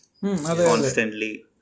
constantly